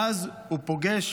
ואז הוא פוגש